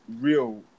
real